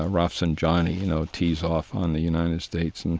ah rafsanjani, you know, tees off on the united states. and